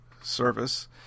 service